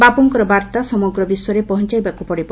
ବାପୁଙ୍କ ବାର୍ତ୍ତା ସମଗ୍ର ବିଶ୍ୱରେ ପହଞାଇବାକୁ ପଡ଼ିବ